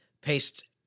paste